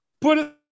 put